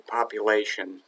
population